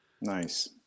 Nice